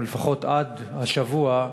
או לפחות עד השבוע,